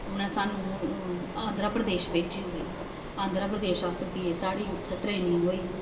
उ'नें सानू आंध्रा प्रदेश भेजी ओड़ेआ आंध्रा प्रदेश अस गे साढ़ी इत्थै ट्रेनिंग होई